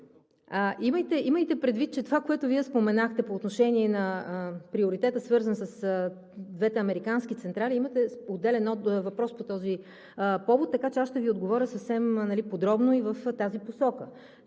имайте предвид, че това, което Вие споменахте по отношение на приоритета, свързан с двете американски централи, имате отделен въпрос по този повод, така че аз ще Ви отговоря съвсем подробно и в тази посока.